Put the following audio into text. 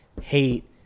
hate